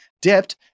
dipped